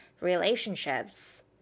relationships